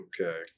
Okay